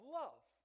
love